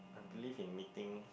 I believe in meeting